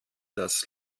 das